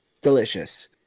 delicious